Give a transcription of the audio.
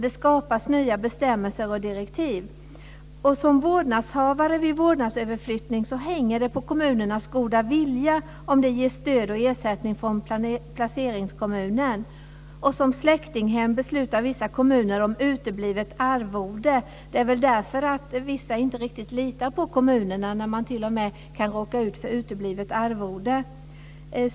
Det skapas nya bestämmelser och direktiv. Som vårdnadshavare vid vårdnadsöverflyttning hänger det på kommunernas goda vilja om det ges stöd och ersättning från placeringskommunen. För släktinghem beslutar vissa kommuner om uteblivet arvode. Det är väl därför vissa inte riktigt litar på kommunerna, när man t.o.m. kan råka ut för uteblivet arvode.